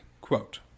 quote